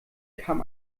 kam